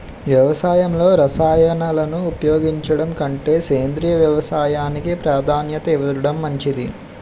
వ్యవసాయంలో రసాయనాలను ఉపయోగించడం కంటే సేంద్రియ వ్యవసాయానికి ప్రాధాన్యత ఇవ్వడం మంచిది